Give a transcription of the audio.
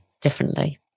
differently